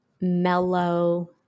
mellow